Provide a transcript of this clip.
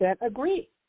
agree